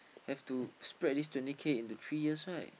have to spread this twenty K into three years right